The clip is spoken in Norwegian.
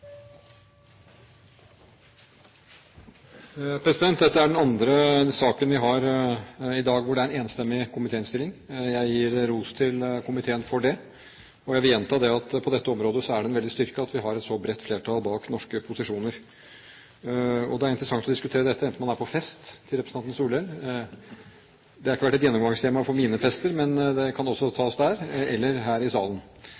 den andre saken vi har i dag, hvor det er en enstemmig komitéinnstilling. Jeg gir ros til komiteen for det. Jeg vil gjenta at på dette området er det en veldig styrke at vi har et så bredt flertall bak norske posisjoner. Det er interessant å diskutere dette enten man er på fest – til representanten Solhjell: Det har ikke vært et gjennomgangstema på mine fester, men det kan også tas der – eller her i salen.